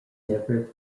never